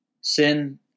Sin